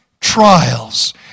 trials